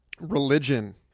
religion